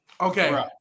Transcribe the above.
Okay